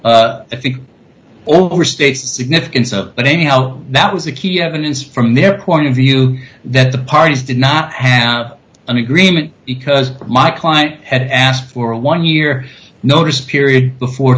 lose overstates the significance of but anyhow that was a key evidence from their point of view that the parties did not have an agreement because my client had asked for a one year notice period before